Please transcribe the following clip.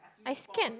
I scan